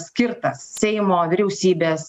skirtas seimo vyriausybės